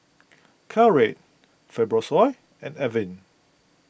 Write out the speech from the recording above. Caltrate Fibrosol and Avene